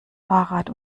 fahrrad